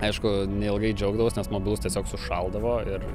aišku neilgai džiaugdavaus nes mobilus tiesiog sušaldavo ir